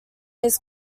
his